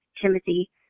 Timothy